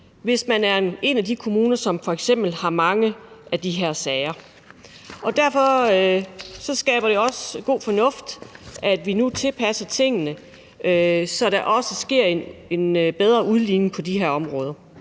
hvis man er en af de kommuner, som f.eks. har mange af de her sager. Derfor er der også god fornuft i, at vi nu tilpasser tingene, så der også sker en bedre udligning på de her områder.